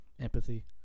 empathy